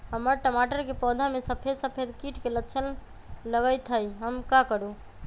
हमर टमाटर के पौधा में सफेद सफेद कीट के लक्षण लगई थई हम का करू?